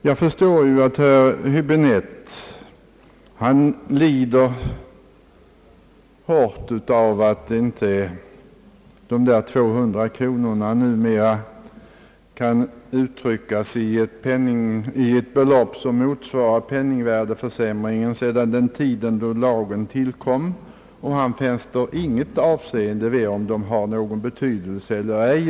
Jag förstår att herr Huöäbinette lider av att dessa 200 kronor inte nu ändrats till ett belopp som motsvarar penningvärdeförsämringen, men han fäster inget avseende vid om det har någon betydelse eller ej.